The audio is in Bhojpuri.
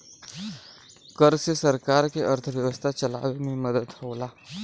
कर से सरकार के अर्थव्यवस्था चलावे मे मदद होला